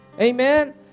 Amen